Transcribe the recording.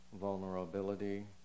vulnerability